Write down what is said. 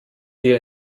wir